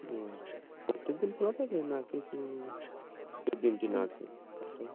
ও প্রত্যেক দিন খোলা থাকে না কিছু দিন টিন আছে